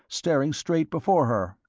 staring straight before her.